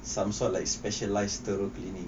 some sort like specialised thorough cleaning